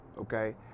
okay